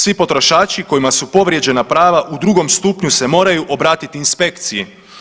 Svi potrošači kojima su povrijeđena prava u drugom stupnju se moraju obratiti inspekciji.